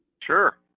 Sure